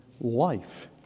life